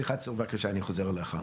צור, אני חוזר אליך.